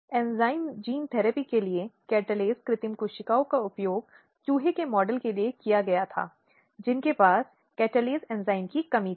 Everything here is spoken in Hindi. तो इसमें परिवार में महिलाओं के खिलाफ शारीरिक यौन और मनोवैज्ञानिक हिंसा शामिल हो सकती है